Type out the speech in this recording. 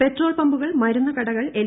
petrol പമ്പുകൾ മരുന്ന് കടകൾ എൽ